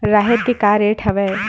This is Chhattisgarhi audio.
राहेर के का रेट हवय?